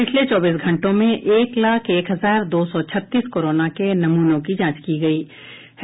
पिछले चौबीस घंटों में एक लाख एक हजार दो सौ छत्तीस कोरोना के नमूनों की जांच की गयी है